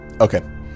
okay